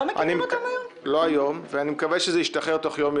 אני מקווה שזה ישתחרר תוך יום,